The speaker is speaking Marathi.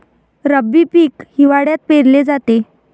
रब्बी पीक हिवाळ्यात पेरले जाते